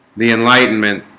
the enlightenment